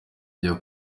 njya